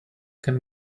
can